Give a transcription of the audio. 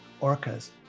Orcas